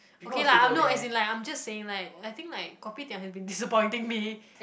okay lah I know as in like I'm just saying like I think like kopitiam had to disappointing me